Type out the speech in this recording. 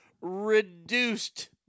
reduced